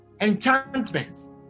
enchantments